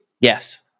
Yes